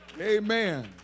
Amen